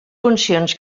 funcions